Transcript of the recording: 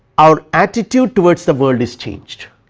our attitude towards the world is changed.